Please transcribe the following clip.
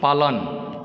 पालन